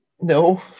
No